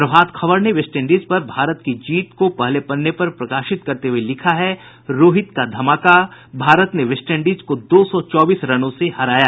प्रभात खबर ने वेस्टइंडीज पर भारत की जीत को पहले पन्ने पर प्रकाशित करते हुए लिखा है रोहित का धमाका भारत ने वेस्टइंडीज को दो सौ चौबीस रनों से हराया